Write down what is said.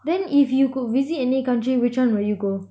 then if you could visit any country which one will you go